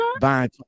buying